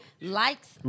likes